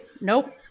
Nope